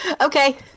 Okay